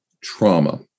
trauma